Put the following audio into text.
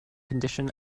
condition